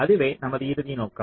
அதுவே நமது இறுதி நோக்கம்